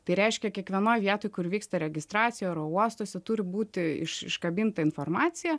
tai reiškia kiekvienoj vietoj kur vyksta registracija oro uostuose turi būti iš iškabinta informacija